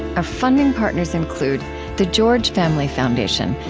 our funding partners include the george family foundation,